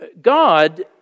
God